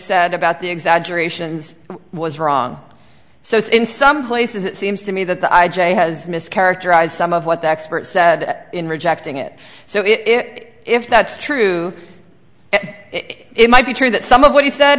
said about the exaggerations was wrong so in some places it seems to me that the i j a has mischaracterized some of what the experts in rejecting it so if that's true it might be true that some of what he said